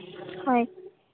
হয়